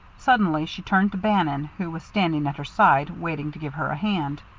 suddenly she turned to bannon, who was standing at her side, waiting to give her a hand.